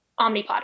Omnipod